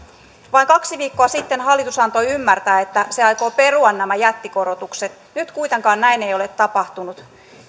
vain kaksi viikkoa sitten hallitus antoi ymmärtää että se aikoo perua nämä jättikorotukset nyt kuitenkaan näin ei ole tapahtunut